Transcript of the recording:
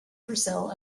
brazil